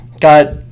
got –